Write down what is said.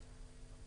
וב-4(ד)(5).